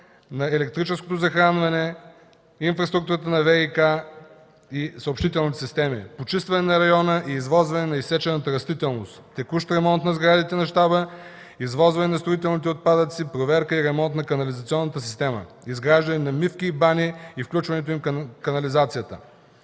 на електрическото захранване, инфраструктурата на ВиК и съобщителните системи, почистване на района и извозване на изсечената растителност, текущ ремонт на сградите на Щаба, извозване на строителните отпадъци, проверка и ремонт на канализационната система, изграждане на мивки и бани и включването им към канализацията.